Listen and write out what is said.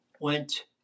went